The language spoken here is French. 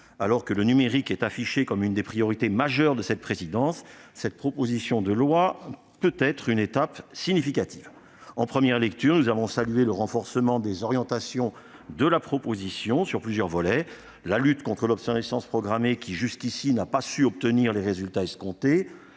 Alors que le numérique est affiché comme l'une des priorités majeures de cette présidence, cette proposition de loi peut être une étape significative. En première lecture, nous avons salué le renforcement des orientations de la proposition de loi sur plusieurs volets : lutte contre l'obsolescence programmée, qui n'a pas obtenu, jusqu'ici, les résultats escomptés